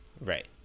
Right